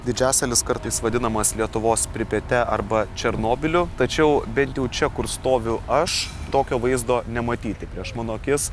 didžiasalis kartais vadinamas lietuvos pripete arba černobiliu tačiau bent jau čia kur stoviu aš tokio vaizdo nematyti prieš mano akis